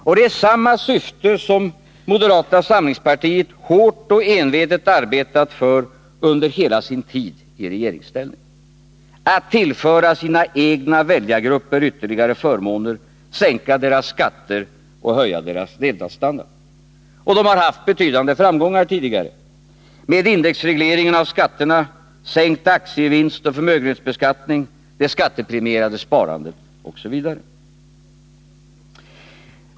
Och det är samma syfte som moderaterna hårt och envetet arbetat för under hela sin tid i regeringsställning: att tillföra sina egna väljargrupper ytterligare förmåner, sänka deras skatter och höja deras levnadsstandard. Och moderaterna har haft betydande framgångar tidigare — med indexregleringen av skatterna, sänkt aktievinstoch förmögenhetsbeskattning, det skattepremierade sparandet osv.